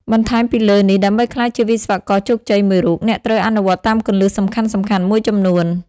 បន្លែមពីលើនេះដើម្បីក្លាយជាវិស្វករជោគជ័យមួយរូប អ្នកត្រូវអនុវត្តតាមគន្លឹះសំខាន់ៗមួយចំនួន។